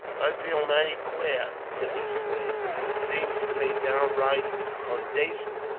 i feel mighty quare, tim exclaimed and it seems to me downright ondacent,